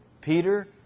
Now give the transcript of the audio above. Peter